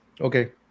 okay